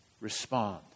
respond